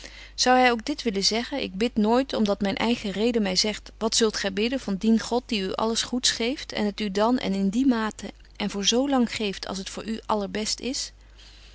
zou hy ook dit willen zeggen ik bid nooit om dat betje wolff en aagje deken historie van mejuffrouw sara burgerhart myn eigen reden my zegt wat zult gy bidden van dien god die u alles goeds geeft en het u dan en in die mate en voor zo lang geeft als het voor u allerbest is